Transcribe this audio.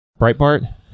Breitbart